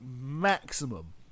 maximum